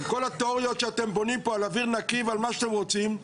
כל התיאוריות שאתם בונים פה על אוויר נקי ועל מה שאתם רוצים,